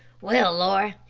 well, laura,